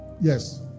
Yes